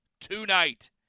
tonight